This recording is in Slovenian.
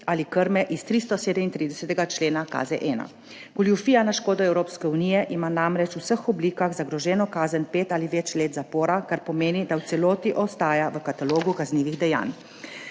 ali krme iz 337. člena KZ-1. Goljufija na škodo Evropske unije ima namreč v vseh oblikah zagroženo kazen pet ali več let zapora, kar pomeni, da v celoti ostaja v katalogu kaznivih dejanj.